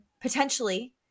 potentially